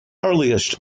earliest